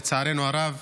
לצערנו הרב,